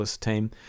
team